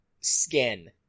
skin